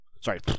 Sorry